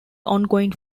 ongoing